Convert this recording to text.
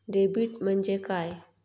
Debit म्हणजे काय?